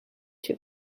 too